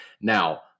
Now